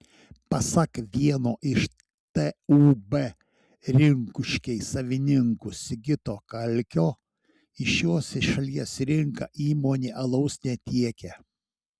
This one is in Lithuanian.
pasak vieno iš tūb rinkuškiai savininkų sigito kalkio į šios šalies rinką įmonė alaus netiekia